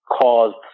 caused